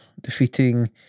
Defeating